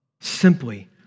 simply